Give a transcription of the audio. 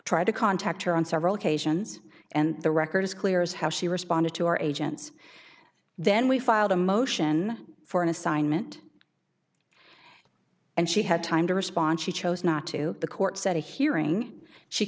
tried to contact her on several occasions and the record is clear is how she responded to our agents then we filed a motion for an assignment and she had time to respond she chose not to the court set a hearing she